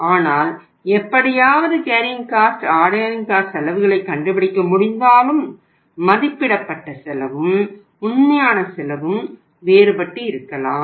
ஆனால் எப்படியாவது carrying cost செலவுகளை கண்டுபிடிக்க முடிந்தாலும் மதிப்பிடப்பட்ட செலவும் உண்மையான செலவும் வேறுபட்டு இருக்கலாம்